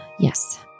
Yes